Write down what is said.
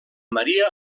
maria